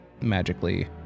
magically